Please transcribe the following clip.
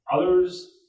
Others